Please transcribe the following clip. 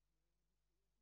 מורכב.